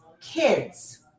kids